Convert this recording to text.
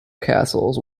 castles